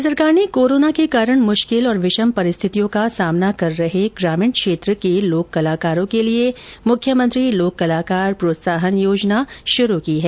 राज्य सरकार ने कोरोना के कारण मुश्किल और विषम परिस्थितियों का सामना कर रहे ग्रामीण क्षेत्रों के लोक कलाकारों के लिए मुख्यमंत्री लोक कलाकार प्रोत्साहन योजना की शुरूआत की है